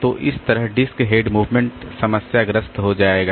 तो इस तरह डिस्क हेड मूवमेंट समस्याग्रस्त हो जाएगा